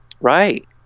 Right